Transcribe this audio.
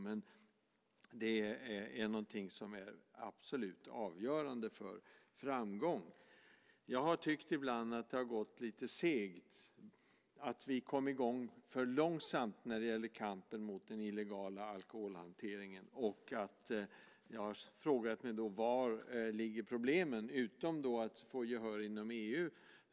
Men det är någonting som är absolut avgörande för framgång. Jag har tyckt ibland att det har gått lite segt, att vi kom i gång för långsamt när det gäller kampen mot den illegala alkoholhanteringen, och jag har frågat mig var problemen ligger, utom att få gehör inom EU.